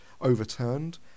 overturned